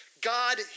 God